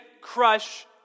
crush